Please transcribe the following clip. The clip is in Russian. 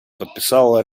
подписала